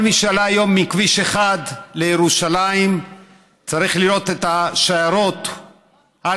כל מי שעלה היום מכביש 1 לירושלים צריך לראות את השיירות על